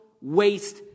waste